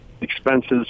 expenses